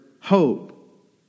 Hope